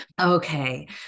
Okay